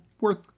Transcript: worth